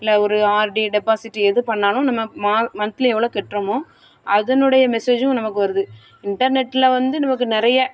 இல்லை ஒரு RD deposit எது பண்ணாலும் நம்ம மா மன்த்லி எவ்வளோ கட்டுறோமோ அதனுடைய மெசேஜ்ஜும் நமக்கு வருது இன்டெர்நெட்டில் வந்து நமக்கு நிறைய